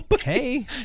Hey